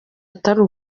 atari